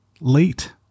late